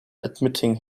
admitting